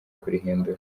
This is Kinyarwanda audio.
kurihindura